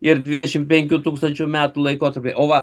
ir divešimt penkių tūkstančių metų laikotarpiui o va